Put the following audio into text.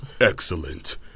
Excellent